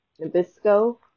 Nabisco